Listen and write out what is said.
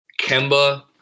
Kemba